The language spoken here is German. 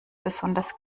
besonders